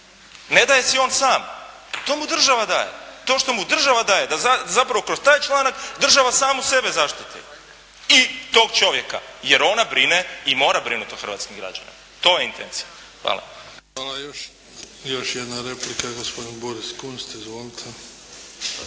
ne daje si on sam, to mu država daje. To što mu država daje da zapravo kroz taj članak država samu sebe zaštiti i tog čovjeka, jer ona brine i mora brinuti o hrvatskim građanima … /Govornik se ne razumije./ .. Hvala. **Bebić, Luka (HDZ)** Hvala. Još jedna replika, gospodin Kunst. Izvolite.